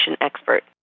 expert